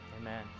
amen